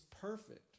perfect